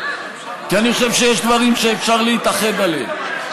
כי אני חושב שיש דברים שאפשר להתאחד עליהם,